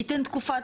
ייתן תקופה,